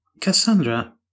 Cassandra